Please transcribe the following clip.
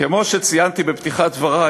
כמו שציינתי בפתיחת דברי,